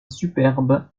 superbe